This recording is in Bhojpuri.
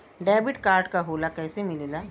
डेबिट कार्ड का होला कैसे मिलेला?